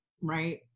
right